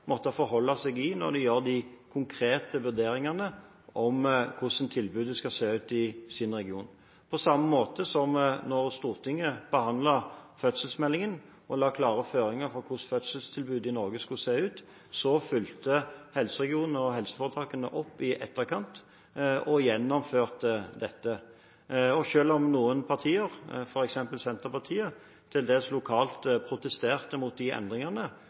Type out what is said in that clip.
måtte forholde seg til når de gjør de konkrete vurderingene om hvordan tilbudet skal se ut i deres region – på samme måte som da Stortinget behandlet fødselsmeldingen og la klare føringer for hvordan fødselstilbudet i Norge skulle se ut. Da fulgte helseregionene og helseforetakene opp i etterkant og gjennomførte dette. Og selv om noen partier, f.eks. Senterpartiet, lokalt til dels protesterte mot de endringene,